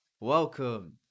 welcome